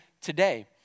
today